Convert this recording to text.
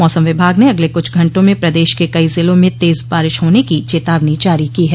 मौसम विभाग ने अगले कुछ घंटों में प्रदेश के कई जिलों में तेज बारिश होने की चेतावनी जारी की है